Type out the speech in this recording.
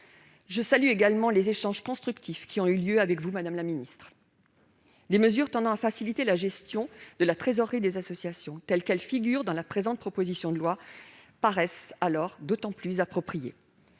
Je salue également les échanges constructifs qui ont eu lieu avec vous, madame la secrétaire d'État. Les mesures tendant à faciliter la gestion de la trésorerie des associations, telles qu'elles figurent dans la présente proposition de loi, paraissent alors d'autant plus appropriées.